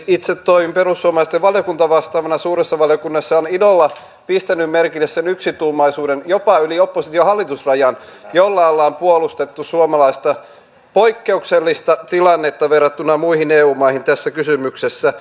itse toimin perussuomalaisten valiokuntavastaavana suuressa valiokunnassa ja olen ilolla pistänyt merkille jopa yli oppositiohallitus rajan sen yksituumaisuuden jolla ollaan puolustettu suomalaista poikkeuksellista tilannetta verrattuna muihin eu maihin tässä kysymyksessä